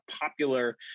popular